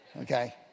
okay